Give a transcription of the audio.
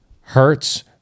Hertz